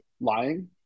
lying